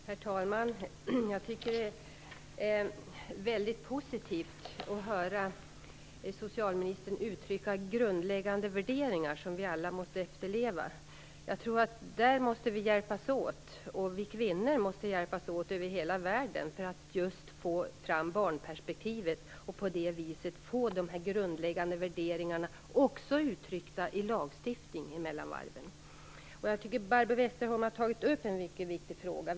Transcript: Herr talman! Det var väldigt positivt att höra socialministern uttrycka grundläggande värderingar som vi alla måste leva efter. Där måste vi kvinnor hjälpas åt över hela världen för att föra fram barnperspektivet och för att få dessa grundläggande värderingar uttryckta i lagstiftning. Barbro Westerholm har tagit upp en mycket viktig fråga.